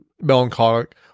melancholic